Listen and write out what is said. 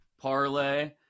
parlay